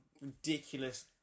ridiculous